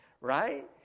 right